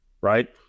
right